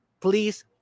please